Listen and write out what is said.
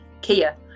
Kia